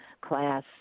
class